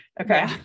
Okay